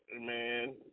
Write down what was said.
man